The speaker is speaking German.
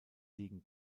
liegen